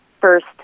first